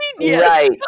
Right